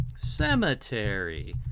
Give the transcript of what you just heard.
Cemetery